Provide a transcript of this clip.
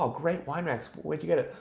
ah great wine racks. where'd you get it?